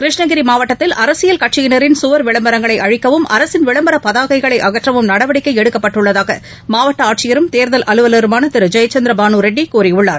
கிருஷ்ணகிரி மாவட்டத்தில் அரசியல் கட்சியினரின் சுவர் விளம்ரங்களை அழிக்கவும் அரசின் விளம்பர பதாகைகளை அகற்றவும் நடவடிக்கை எடுக்கப்பட்டுள்ளதாக மாவட்ட ஆட்சியரும் தேர்தல் அலுவலருமான திரு ஜெயச்சந்திர பானுரெட்டி கூறியுள்ளார்